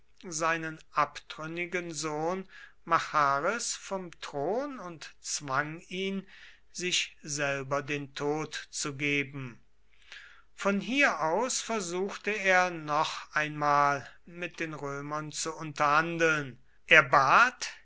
seinen abtrünnigen sohn machares vom thron und zwang ihn sich selber den tod zu geben von hier aus versuchte er noch einmal mit den römern zu unterhandeln er bat